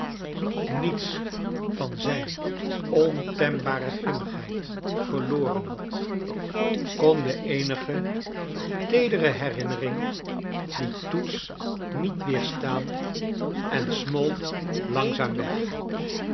niets van zijn ontembare grimmigheid verloren had kon de eenige teedere herinnering dien toets niet weerstaan en smolt langzaam weg